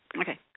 okay